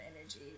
energy